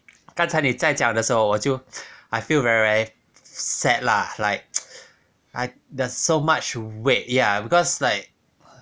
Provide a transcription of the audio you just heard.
刚才你在讲的时候我就 I feel very very very sad lah like I there's so much weight ya because like